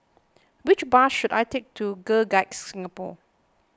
which bus should I take to Girl Guides Singapore